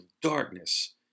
darkness